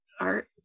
art